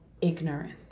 ignorance